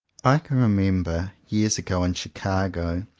i can remember, years ago, in chicago,